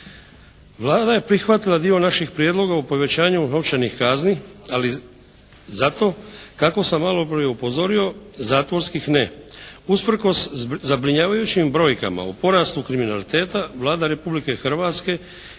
Vlada je prihvatila dio naših prijedloga o povećanju novčanih kazni, ali zato kako sam maloprije upozorio zakonskih ne. Usprkos zabrinjavajućim brojkama o porastu kriminaliteta Vlada Republike Hrvatske